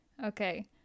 Okay